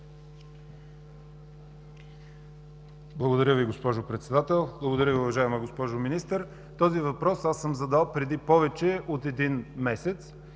Благодаря Ви, госпожо Председател. Благодаря Ви, уважаема госпожо Министър. Аз съм задал този въпрос преди повече от един месец